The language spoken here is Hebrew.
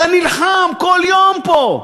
אתה נלחם כל יום פה.